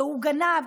שהוא גנב.